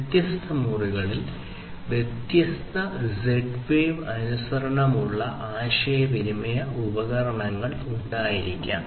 വ്യത്യസ്ത മുറികളിൽ വ്യത്യസ്ത ഇസഡ് വേവ് അനുസരണമുള്ള ആശയവിനിമയ ഉപകരണങ്ങൾ ഉണ്ടായിരിക്കാം